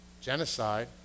genocide